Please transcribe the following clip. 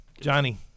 Johnny